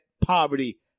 poverty